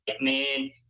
man